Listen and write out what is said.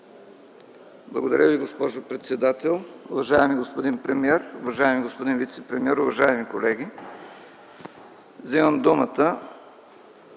Благодаря Ви, госпожо председател. Уважаеми господин премиер, уважаеми господин вицепремиер, уважаеми колеги! Вземам думата